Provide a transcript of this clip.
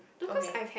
okay